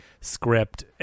script